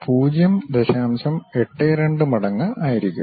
82 മടങ്ങ് ആയിരിക്കും